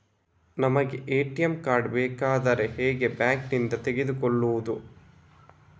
ನಮಗೆ ATM card ಬೇಕಾದ್ರೆ ಹೇಗೆ ಬ್ಯಾಂಕ್ ನಿಂದ ತೆಗೆದುಕೊಳ್ಳುವುದು?